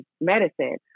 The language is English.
medicine